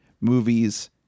movies